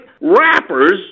rappers